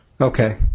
Okay